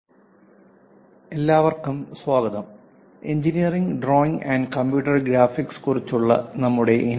പ്രഭാഷണം 06 എഞ്ചിനീയറിംഗ് ഡ്രോയിംഗിന്റെ ആമുഖം VI എല്ലാവർക്കും സ്വാഗതം engineering drawing and computer graphics കുറിച്ചുള്ള നമ്മുടെ എൻ